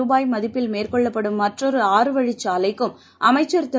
ரூபாய் மதிப்பில் மேற்கொள்ளப்படும் மற்றொரு ஆறு வழிச் சாலைக்கும் அமைச்சர் திரு